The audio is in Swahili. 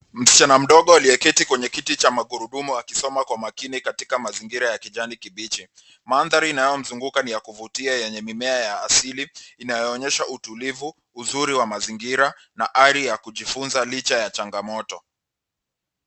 Msichana mdogo aliyeketi kwenye kiti cha magurudumu akisoma kwa makini katika mazingira ya kijani kibichi. Mandhari inayomzunguka ni ya kuvutia yenye mimea ya asili inayoonyesha utulivu, uzuri wa mazingira na ari ya kujifunza licha ya changamoto.